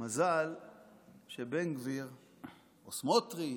שבן גביר או סמוטריץ'